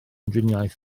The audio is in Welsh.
driniaeth